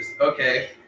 Okay